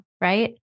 right